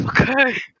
Okay